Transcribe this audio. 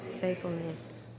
faithfulness